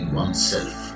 oneself